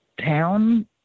town